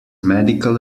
medical